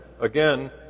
again